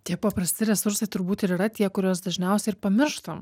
tie paprasti resursai turbūt ir yra tie kuriuos dažniausiai ir pamirštam